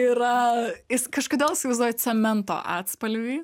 yra jis kažkodėl įsivaizduoju cemento atspalvį